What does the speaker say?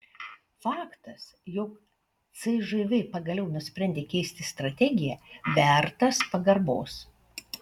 faktas jog cžv pagaliau nusprendė keisti strategiją vertas pagarbos